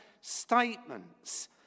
statements